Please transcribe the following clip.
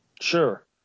sure